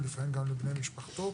ולפעמים גם לבני משפחתו.